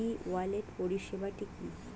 ই wallet পরিষেবাটি কি?